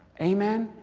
amen?